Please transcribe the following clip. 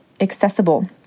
accessible